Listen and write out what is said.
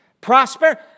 Prosper